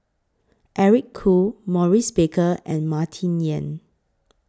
Eric Khoo Maurice Baker and Martin Yan